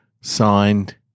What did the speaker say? Signed